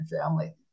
family